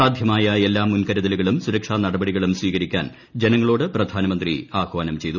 സാധ്യമായ എല്ലാ മുൻ കരുതലുകളും സുരക്ഷാ നടപടികളും സ്വീകരിക്കാൻ ജനങ്ങളോട് പ്രധാനമന്ത്രി ആഹ്വാനം ചെയ്തു